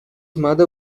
mother